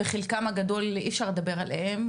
בחלקם הגדול אי אפשר לדבר עליהם,